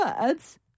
words